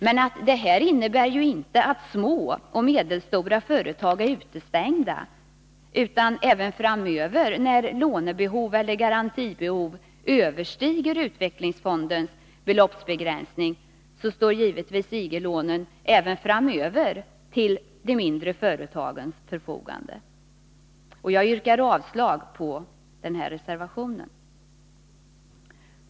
Men det här innebär inte att små och medelstora företag är utestängda, utan när lånebehov eller garantibehov överstiger utvecklingsfondens beloppsbegränsning står givetvis IG-lånen även framöver till de mindre företagens förfogande. Jag yrkar avslag på reservationerna på denna punkt.